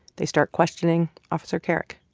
they start questioning officer kerrick.